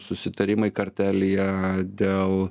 susitarimai kartelyje dėl